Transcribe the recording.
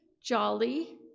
Jolly